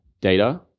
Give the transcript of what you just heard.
data